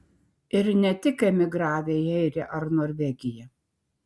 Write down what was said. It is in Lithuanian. ir ne tik emigravę į airiją ar norvegiją